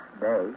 day